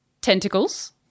Tentacles